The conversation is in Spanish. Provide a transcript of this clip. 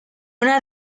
una